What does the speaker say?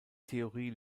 theorie